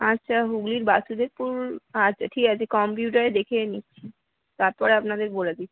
আচ্ছা হুগলির বাসুদেবপুর আচ্ছা ঠিক আছে কম্পিউটারে দেখে নিচ্ছি তারপরে আপনাকে বলে দিচ্ছি